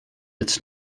its